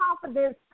confidence